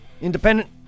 Independent